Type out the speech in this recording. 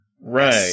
Right